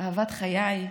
אהבת חיי,